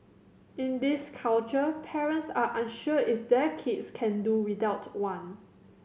in this culture parents are unsure if their kids can do without one